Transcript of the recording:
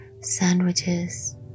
Sandwiches